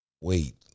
wait